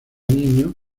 niño